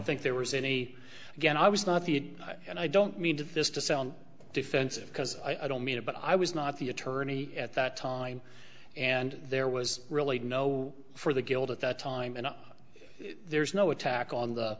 think there was any again i was not the guy and i don't mean to this to sound defensive because i don't mean it but i was not the attorney at that time and there was really no for the guild at that time and there's no attack on the